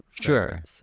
Sure